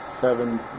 seven